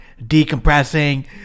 decompressing